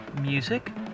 music